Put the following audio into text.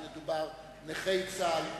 נכי צה"ל,